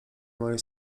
moje